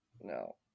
No